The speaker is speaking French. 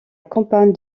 campagne